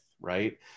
right